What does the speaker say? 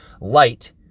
light